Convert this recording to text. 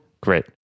Great